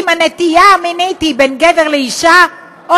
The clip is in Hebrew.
אם הנטייה המינית היא בין גבר לאישה או